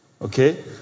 Okay